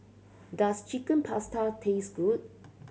does Chicken Pasta taste good